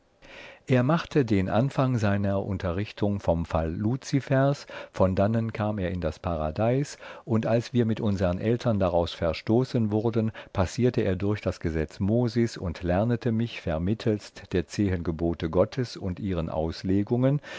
er machte den anfang seiner unterrichtung vom fall luzifers von dannen kam er in das paradeis und als wir mit unsern eltern daraus verstoßen wurden passierte er durch das gesetz mosis und lernete mich vermittelst der zehen gebote gottes und ihren auslegungen